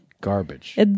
Garbage